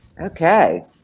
Okay